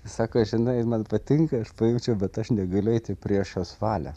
sako žinai man patinka aš pajaučiau bet aš negaliu eiti prieš jos valią